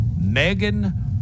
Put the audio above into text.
Megan